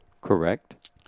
Correct